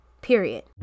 period